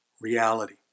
reality